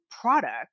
product